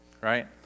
right